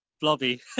Blobby